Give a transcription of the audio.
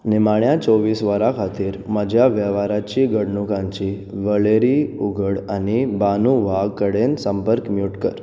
निमाण्या चोवीस वरां खातीर म्हज्या वेव्हाराची घडणुकांची वळेरी उगड आनी बानू वाघ कडेन संपर्क म्यूट कर